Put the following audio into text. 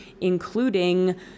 including